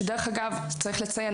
שדרך אגב צריך לציין,